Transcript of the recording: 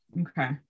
Okay